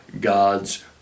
God's